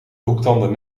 hoektanden